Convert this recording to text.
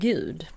Gud